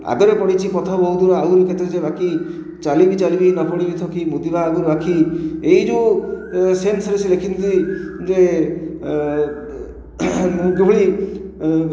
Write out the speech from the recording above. ଆଗରେ ପଡ଼ିଛି ପଥ ଆହୁରି କେତେ ଯେ ବାକି ଚାଲିବି ଚାଲିବି ନ ପଡ଼ିବି ଥକି ମୁଜିବା ଆଗରୁ ଆଖି ଏଇ ଯେଉଁ ସେନ୍ସରେ ସେ ଲେଖିଥିଲେ ଯେ କିଭଳି